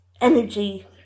energy